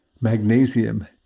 magnesium